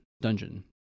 dungeon